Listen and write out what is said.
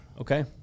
Okay